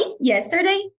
yesterday